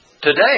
today